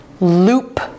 loop